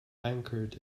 anchored